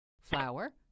flour